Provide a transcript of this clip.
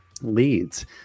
leads